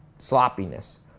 Sloppiness